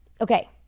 Okay